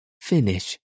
finish